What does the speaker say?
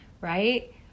right